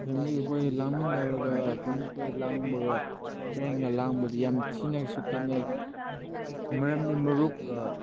ꯐꯦꯃꯤꯂꯤꯈꯣꯏ ꯂꯥꯡꯃꯤꯟꯅꯔꯒ ꯐꯦꯃꯤꯂꯤꯈꯣꯏ ꯂꯥꯡꯕꯒ ꯐ꯭ꯔꯦꯟꯒ ꯂꯥꯡꯕꯗꯤ ꯌꯥꯝ ꯊꯤꯅꯁꯨ ꯈꯦꯅꯩ ꯃꯔꯝꯗꯤ ꯃꯔꯨꯞꯀ